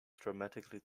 dramatically